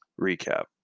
recap